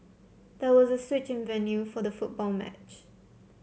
there was a switch in venue for the football match